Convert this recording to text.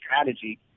strategy